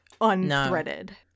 unthreaded